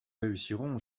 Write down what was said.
réussirons